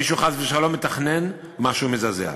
מישהו חס ושלום מתכנן משהו מזעזע?